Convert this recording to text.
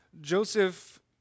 Joseph